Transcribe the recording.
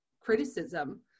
criticism